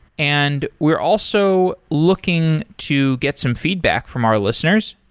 and we're also looking to get some feedback from our listeners.